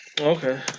Okay